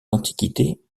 antiquités